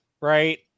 right